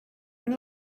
been